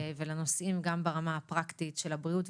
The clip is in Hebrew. ולנושאים גם ברמה הפרקטית של הבריאות,